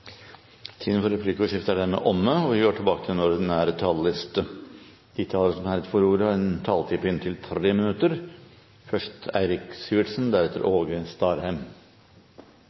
er replikkordskiftet omme. De talere som heretter får ordet, har en taletid på inntil 3 minutter.